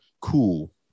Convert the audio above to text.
cool